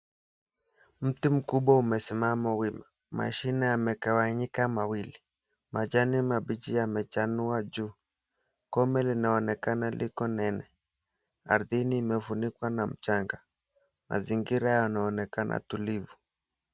Mti mkubwa umesimama wima. Mashine yamegawanyika mawili. Majani mabichi yamechanua juu. Gome linaonekana liko nene. Ardhini imefunikwa na mchanga. Mazingira yanaonekana tulivu.